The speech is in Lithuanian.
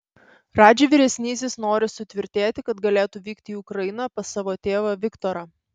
radži vyresnysis nori sutvirtėti kad galėtų vykti į ukrainą pas savo tėvą viktorą